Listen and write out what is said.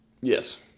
Yes